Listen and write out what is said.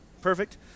Perfect